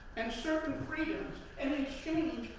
and certain freedoms, and in exchange,